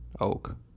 Oak